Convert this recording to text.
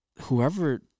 Whoever